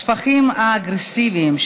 השפכים האגרסיביים,